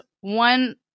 one